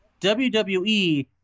WWE